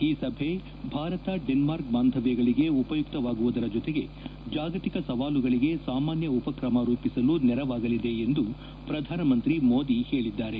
ಈ ಸಭೆ ಭಾರತ ಪಾಗೂ ಡೆನ್ಸಾರ್ಕ್ ಬಾಂಧವ್ನಗಳಿಗೆ ಉಪಯುಕ್ತವಾಗು ವುದರ ಜೊತೆಗೆ ಜಾಗತಿಕ ಸವಾಲುಗಳಿಗೆ ಸಾಮಾನ್ನ ಉಪ್ರಕಮ ರೂಪಿಸಲು ನೆರವಾಗಲಿದೆ ಎಂದು ಪ್ರಧಾನಿ ಮೋದಿ ಹೇಳಿದ್ದಾರೆ